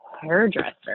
hairdresser